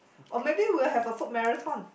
or maybe we will have a food marathon